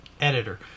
Editor